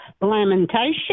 Lamentation